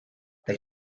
they